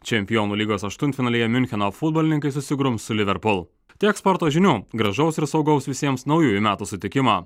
čempionų lygos aštuntfinalyje miuncheno futbolininkai susigrums su liverpool tiek sporto žinių gražaus ir saugaus visiems naujųjų metų sutikimo